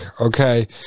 okay